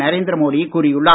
நரேந்திர மோடி கூறியுள்ளார்